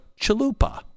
Chalupa